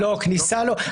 כניסה לא,